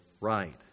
right